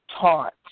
taught